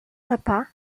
repas